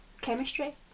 chemistry